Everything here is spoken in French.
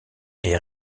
est